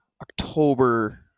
October